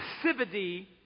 passivity